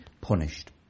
punished